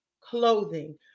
clothing